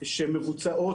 כי הם אנשים מבוגרים,